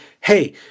Hey